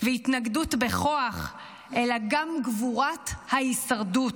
והתנגדות בכוח, אלא גם גבורת ההישרדות.